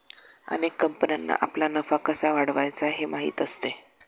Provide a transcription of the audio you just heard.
अनेक कंपन्यांना आपला नफा कसा वाढवायचा हे माहीत असते